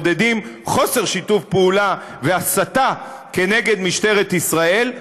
מעודדים חוסר שיתוף פעולה והסתה כנגד משטרת ישראל,